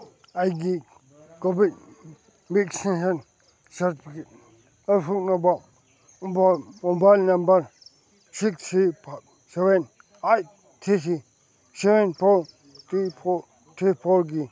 ꯑꯩꯒꯤ covid vaccination certificate ꯂꯧꯊꯣꯛꯅꯕ mobile number six three five seven eight three three seven four three four three ꯐꯣꯔꯒꯤ